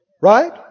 Right